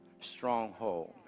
stronghold